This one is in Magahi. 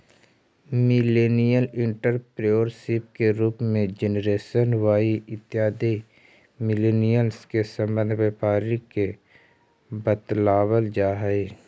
मिलेनियल एंटरप्रेन्योरशिप के रूप में जेनरेशन वाई इत्यादि मिलेनियल्स् से संबंध व्यापारी के बतलावल जा हई